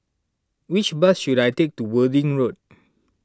which bus should I take to Worthing Road